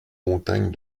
montagne